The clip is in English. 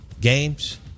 games